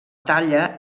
talla